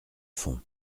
fond